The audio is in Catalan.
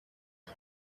els